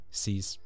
sees